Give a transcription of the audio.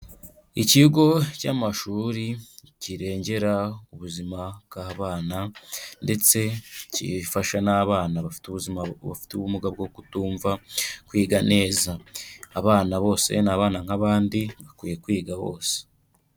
Ikigo cy'amashuri kirengera ubuzima bw'abana, ndetse kifasha n'abana bafite ubuzima bafite ubumuga bwo kutumva kwiga neza, abana bose n'abana nk'abandi bakwiye kwiga bose.